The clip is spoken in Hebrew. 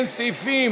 אם כן, סעיפים